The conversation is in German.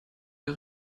der